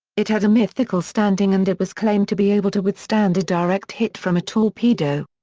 it had a mythical standing and it was claimed to be able to withstand a direct hit from a torpedo.